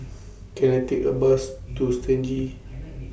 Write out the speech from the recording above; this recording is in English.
Can I Take A Bus to Stangee